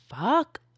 fuck